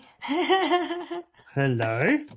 hello